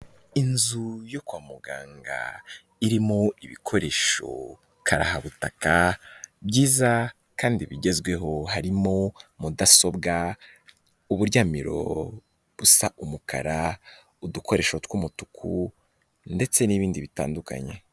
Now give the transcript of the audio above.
Inzu yo kwa muganga irimo ibikoresho karahabutaka byiza kandi bigezweho harimo mudasobwa, uburyamiro busa umukara, udukoresho tw'umutuku ndetse n'ibindi bitandukanye.